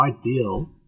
ideal